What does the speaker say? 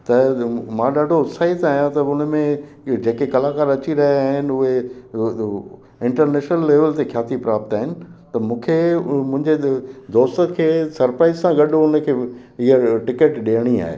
त मां ॾाढो उत्साहित आहियां त उन में जेके कलाकार अची रहिया आहिनि उहे इंटरनेशनल लेवल ते ख्याति प्राप्त आहिनि त मूंखे मुंहिंजे दोस्त खे सर्प्राइज़ सां गॾु उन खे इहा टिकिट ॾियणी आहे